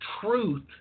truth